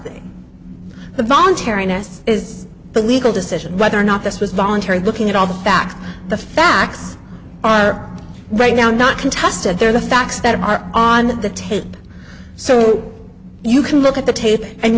is the legal decision whether or not this was voluntary looking at all the facts the facts are right now not contested there the facts that are on the tape so you can look at the tape and